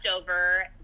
over